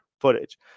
footage